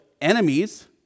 enemies